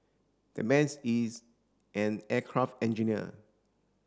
that man's is an aircraft engineer